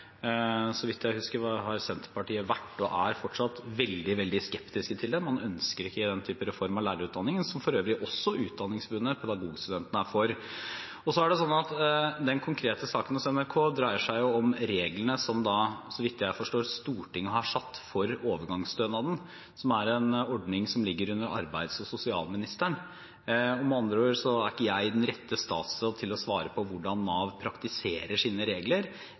Så vidt jeg husker, har Senterpartiet vært – og er fortsatt – veldig skeptiske til det, man ønsker ikke den type reform av lærerutdanningen, som for øvrig også Utdanningsforbundet og pedagogstudentene er for. Den konkrete saken i NRK dreier seg om reglene som, så vidt jeg forstår, Stortinget har satt for overgangsstønaden, som er en ordning som ligger under arbeids- og sosialministeren. Med andre ord er ikke jeg den rette statsråden til å svare på hvordan Nav praktiserer sine regler,